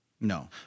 No